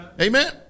Amen